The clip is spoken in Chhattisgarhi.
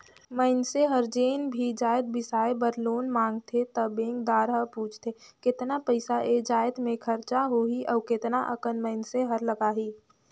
मइनसे हर जेन भी जाएत बिसाए बर लोन मांगथे त बेंकदार हर पूछथे केतना पइसा ए जाएत में खरचा होही अउ केतना अकन मइनसे हर लगाही